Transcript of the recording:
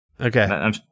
Okay